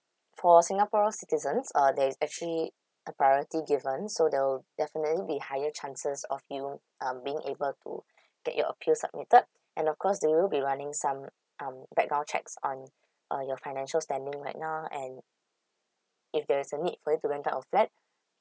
for singapore citizens uh there is actually a priority given so there will definitely be higher chances of you um being able to get your appeal submitted and of course they will be running some um background checks on uh your financial standing right now and if there's a need for you to rent out a flat